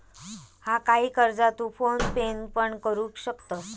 हा, काही कर्जा तू फोन पेन पण भरू शकतंस